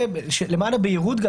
למען הבהירות,